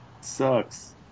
Sucks